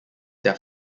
their